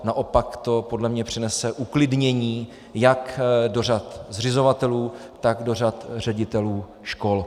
Naopak to podle mě přinese uklidnění jak do řad zřizovatelů, tak do řad ředitelů škol.